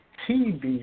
tb